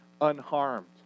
unharmed